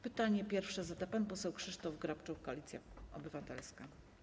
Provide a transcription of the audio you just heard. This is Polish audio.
Pytanie pierwsze zada pan poseł Krzysztof Grabczuk, Koalicja Obywatelska.